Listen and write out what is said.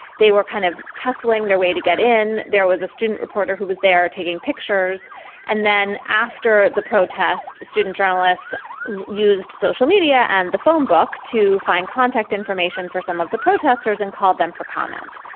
they were kind of tussling their way to get in. there was a student reporter who was there taking pictures and then after the protest. student journalists used social media and the phonebook to find contact information for some of the protesters and call them for comment.